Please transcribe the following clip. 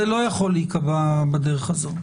זה לא יכול להיקבע בדרך הזאת.